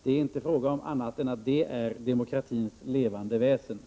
Det är inte fråga om annat än att detta är uttryck för demokratins levande väsen.